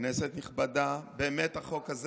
כנסת נכבדה, החוק הזה